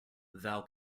thou